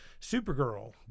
Supergirl